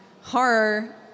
horror